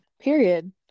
period